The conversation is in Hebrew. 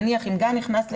נניח אם גן נכנס לבידוד,